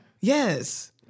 Yes